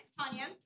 Tanya